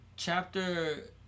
Chapter